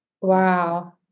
Wow